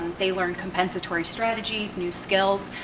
they learn compensatory strategies, new skills,